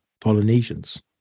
Polynesians